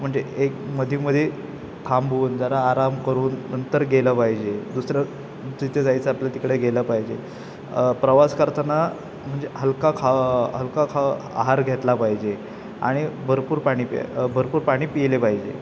म्हणजे एक मध्ये मध्ये थांबून जरा आराम करून नंतर गेलं पाहिजे दुसरं तिथे जायचं आपल्या तिकडे गेलं पाहिजे प्रवास करताना म्हणजे हलका खा हलका खा आहार घेतला पाहिजे आणि भरपूर पाणी प्या भरपूर पाणी प्याले पाहिजे